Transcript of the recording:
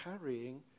carrying